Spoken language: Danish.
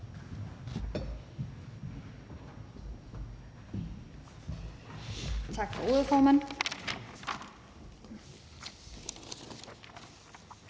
Tak for ordet, formand.